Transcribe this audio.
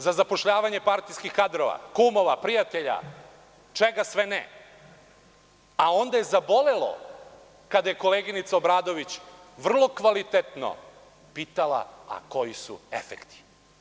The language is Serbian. Za zapošljavanje partijskih kadrova, kumova, prijatelja, čega sve ne, a onda je zabolelo kada je koleginica Obradović vrlo kvalitetno pitala – a koji su efekti?